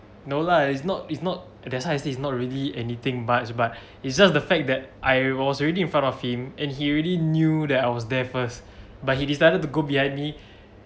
no lah it's not it's not that's why I said it's not really anything but but it's just the fact that I was already in front of him and he already knew that I was there first but he decided to go behind me